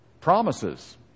Promises